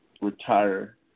retire